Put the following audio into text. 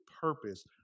purpose